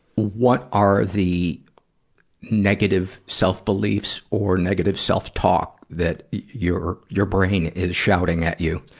what are the negative self-beliefs or negative self-talk that your your brain is shouting at you?